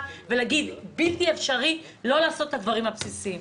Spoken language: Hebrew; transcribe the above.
ולהגיד: בלתי אפשרי לא לעשות את הדברים הבסיסיים.